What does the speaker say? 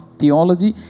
theology